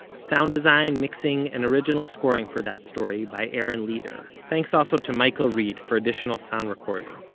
sound design, mixing and original scoring for that story by aaron leeder. thanks also to michael reed for additional sound recordings.